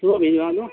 صبح بھیجوا دو